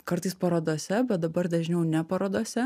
kartais parodose bet dabar dažniau ne parodose